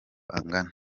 angana